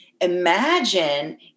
imagine